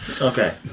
Okay